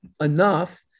enough